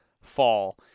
fall